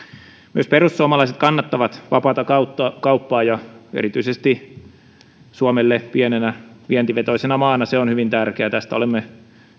myös perussuomalaiset kannattavat vapaata kauppaa ja erityisesti suomelle pienenä vientivetoisena maana se on hyvin tärkeää tästä olemme